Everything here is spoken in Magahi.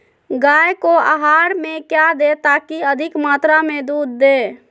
गाय को आहार में क्या दे ताकि अधिक मात्रा मे दूध दे?